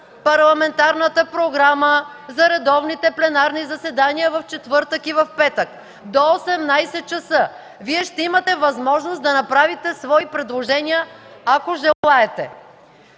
парламентарната програма за редовните пленарни заседания в четвъртък и петък. Ще имате възможност да направите свои предложения, ако желаете.